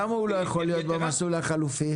למה הוא יכול להיות במסלול החלופי?